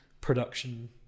production